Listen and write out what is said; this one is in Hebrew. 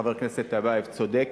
וחבר הכנסת טיבייב צודק.